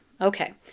Okay